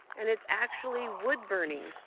and it's actually wood burning.